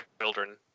children